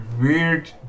weird